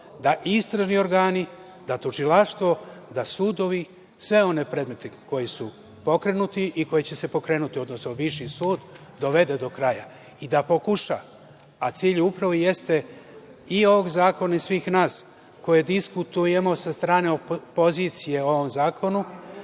da istražni organi, da tužilaštvo, da sudovi sve one predmete koji su pokrenuti i koji će se pokrenuti, odnosno Viši sud, dovede do kraja i da pokuša, a cilj ovog zakona i svih nas koji diskutujemo sa strane pozicije o ovom zakonu